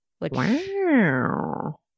Wow